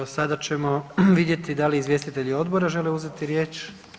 Sada ćemo vidjeti da li izvjestitelji odbora žele uzeti riječ?